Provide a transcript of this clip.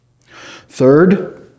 Third